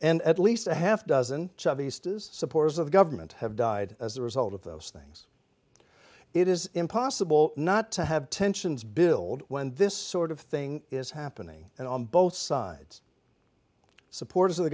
and at least a half dozen supporters of government have died as a result of those things it is impossible not to have tensions build when this sort of thing is happening and on both sides supporters of the